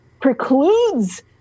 precludes